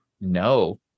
No